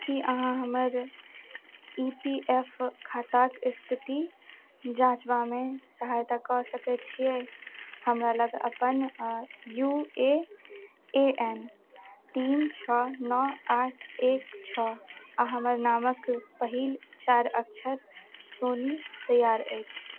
की अहाँ हमर E P F खाताक स्थिति जाँचबामे सहायता कऽ सकैत छियै हमरा लग अपन आ यू ए ए एन तीन छओ नओ आठ एक छओ आओर हमर नामक पहिल चारि अक्षर सोनी तैयार अछि